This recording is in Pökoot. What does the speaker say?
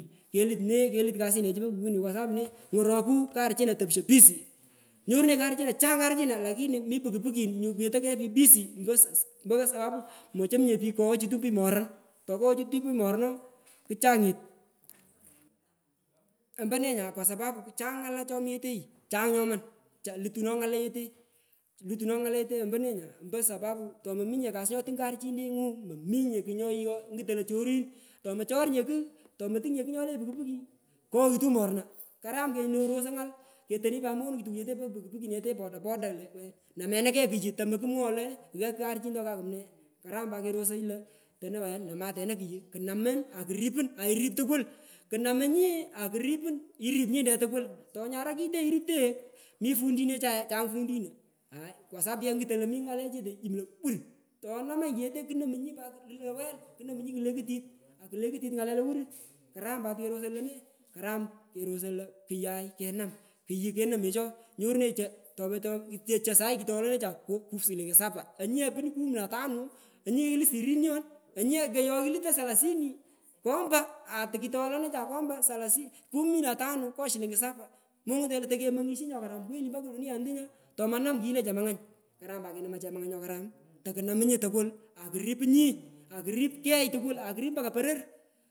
Kelut ne kelut kasinechu po pukin pukin kwa sapu ne ngoroku karchina topisho busi inyoruhenyi karchina chang karchina lakini tung pukipukin nyu keto kegh pich busi mpo mpo sapapu mochamnye pich koghochitu pich morun tokoghochitu pich morun ooh kuchangit namseta kugh ompone nya kwa sapapu chang ngala chomi yeteyi chang nyoman chai lutuno ngala yete lutuno ngala yete omponee nya ompo sapapu mominye kasu nyotung karchinintingu mominye kugh nyoyio nguto lo chorin tomochor nye kugh tomotungnye kugh nyole puki puki koghitu morna karam nyu kerosoi ngai ketoni tukuchete po puki puki nyete poda poda lo namena kegh kuyu tomokumwongoi lo gha karchinto kakumne karam pat kerosoi lo tono wena namatene kuyu kunamun akuripun airip tukul kunamunyi akuripun irip nyinte tukul tonyara kite iruptegho mi fundinechae chang fundino aai kwa sapu ye nguton lo mi ngale chete yum lowur tonamanyi chete kunomunyi kulo lawel kunomunyi pat kulekutit ngale lowur karam pat kerosoi lone karam pat kerosoi lo kuyai kenam kuyi kenomisho nyorunenyi cho tokucho cho saii kitolenacha shilingi sapa onyu ye pun kumi na tano onyiye kilut sirinion onyu ye koyoi lutoi salasini komba atukitolonecha komba salasin kumi na tano ngo shilingi sapa mongutenye lo tokemongishuyi nyokaram kweli mpo dunianete nya tomanam kuyini le chemangany. Karam pat kenomoi chemangany nyokaram tokunamunyi tukul akuripunyi akurip key akuripmpaka poror.